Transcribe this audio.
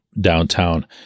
downtown